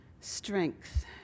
Strength